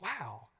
Wow